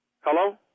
Hello